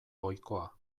ohikoa